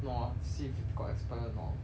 no ah see if it got expire or not